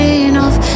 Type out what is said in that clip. enough